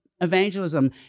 evangelism